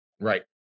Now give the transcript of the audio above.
Right